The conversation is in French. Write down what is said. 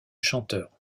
chanteur